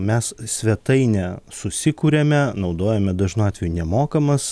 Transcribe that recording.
mes svetainę susikuriame naudojame dažnu atveju nemokamas